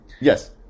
Yes